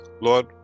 Lord